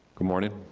good morning.